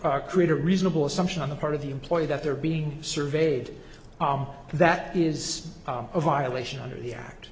create a reasonable assumption on the part of the employee that they're being surveyed that is a violation under the act